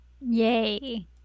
Yay